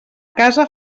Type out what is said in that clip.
casa